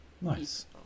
Nice